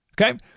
Okay